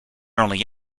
only